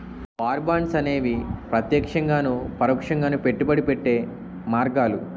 war bonds అనేవి ప్రత్యక్షంగాను పరోక్షంగాను పెట్టుబడి పెట్టే మార్గాలు